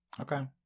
okay